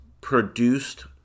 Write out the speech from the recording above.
produced